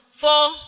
four